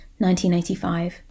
1985